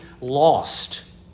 lost